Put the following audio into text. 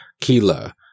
Kila